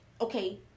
okay